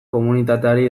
komunitateari